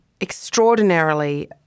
extraordinarily